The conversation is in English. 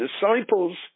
disciples